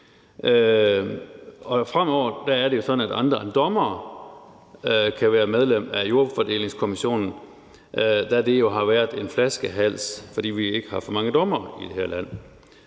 fremover er det jo sådan, at andre end dommere kan være medlem af Jordfordelingskommissionen, hvilket jo har været en flaskehals, fordi vi jo ikke har for mange dommere i det her land.